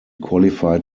qualified